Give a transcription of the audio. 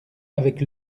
avec